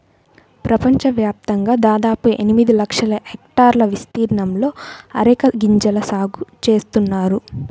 ప్రపంచవ్యాప్తంగా దాదాపు ఎనిమిది లక్షల హెక్టార్ల విస్తీర్ణంలో అరెక గింజల సాగు చేస్తున్నారు